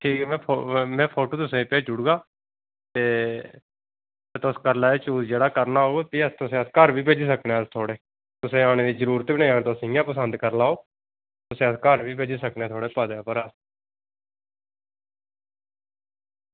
ठीक ऐ में फोटु तुसेंगी भेजी ओड़गा ते तुस करी लैओ ठीक जे तुसें करना होग ते भी अस कुसै दे घर बी भेजी सकने बिछानै दी जरूरत गै निं ऐ तुस इंया पसंद करी लैओ बेशक्क घर बी भेजी सकने अस थुआढ़े